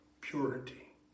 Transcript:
purity